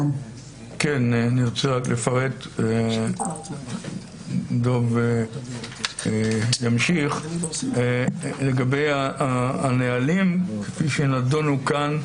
אני רוצה לפרט ודב ימשיך לגבי הנהלים שנדונו כאן,